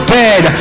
dead